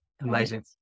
amazing